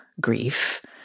grief